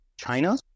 china